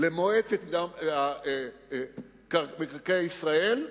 למועצת מינהל מקרקעי ישראל,